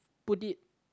put it